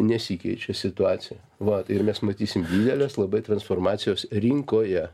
nesikeičia situacija vat ir mes matysim didelės labai transformacijos rinkoje